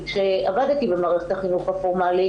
כמו שאדוני היושב-ראש יודע,